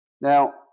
Now